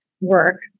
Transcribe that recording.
work